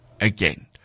again